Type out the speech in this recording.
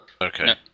Okay